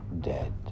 dead